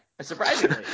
Surprisingly